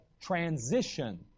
transition